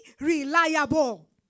reliable